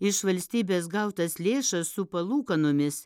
iš valstybės gautas lėšas su palūkanomis